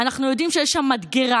אנחנו יודעים שיש שם מדגרה,